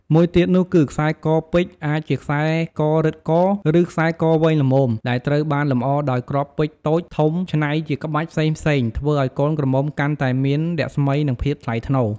មួយទៀតនោះគឺ ខ្សែកពេជ្រអាចជាខ្សែករឹតក ឬខ្សែកវែងល្មម ដែលត្រូវបានលម្អដោយគ្រាប់ពេជ្រតូចធំច្នៃជាក្បាច់ផ្សេងៗ ធ្វើឲ្យកូនក្រមុំកាន់តែមានរស្មី និងភាពថ្លៃថ្នូរ។